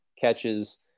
catches